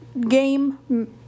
game